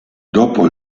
dopo